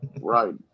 Right